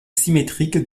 symétriques